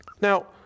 Now